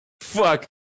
fuck